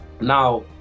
Now